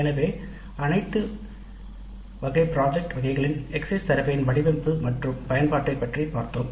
எனவே அனைத்து வகை ப்ராஜெக்ட் வகைகளின் எக்ஸிட் சர்வேயின் வடிவமைப்பு மற்றும் பயன்பாட்டை பற்றி பார்த்தோம்